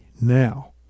now